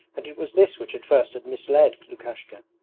and it was this which at first had misled lukashka.